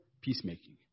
peacemaking